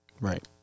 Right